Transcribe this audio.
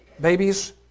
Babies